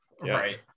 right